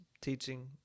teaching